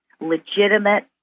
legitimate